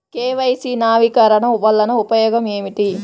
KYC నవీకరణ వలన ఉపయోగం ఏమిటీ?